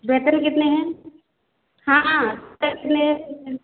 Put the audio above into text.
waiter कितने हैं हाँ वेटर कितने